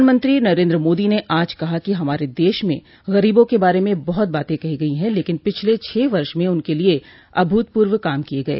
प्रधानमंत्री नरेन्द्र मोदी ने आज कहा कि हमारे देश में गरीबों के बारे में बहुत बातें की गई हैं लेकिन पिछले छह वर्ष में उनके लिए अभूतपूर्व काम किये गए